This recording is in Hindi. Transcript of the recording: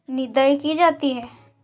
निदाई की जाती है?